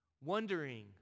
wondering